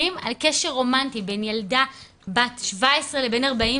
על קשר רומנטי בין ילדה בת 17 לבין 49,